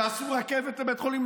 שעשו רכבת לבית החולים,